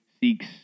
seeks